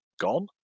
gone